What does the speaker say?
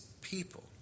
people